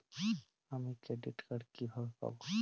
আমি credit card কিভাবে পাবো?